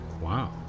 Wow